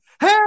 Hey